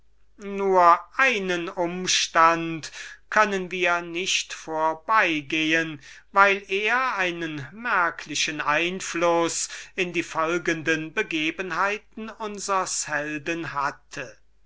nur einen umstand können wir nicht vorbeigehen weil er einen merklichen einfluß in die folgende begebenheiten unsers helden hatte